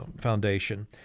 Foundation